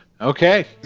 Okay